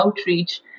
outreach